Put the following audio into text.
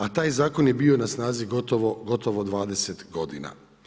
A taj zakon je bio na snazi gotovo 20 godina.